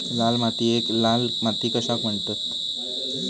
लाल मातीयेक लाल माती कशाक म्हणतत?